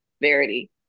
Verity